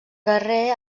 guerrer